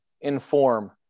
inform